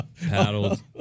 Paddled